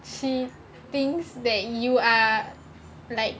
she thinks that you are like